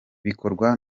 bikorwa